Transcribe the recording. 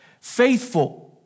Faithful